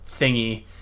thingy